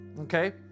Okay